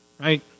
right